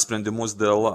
sprendimus dėl